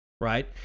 right